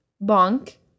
bank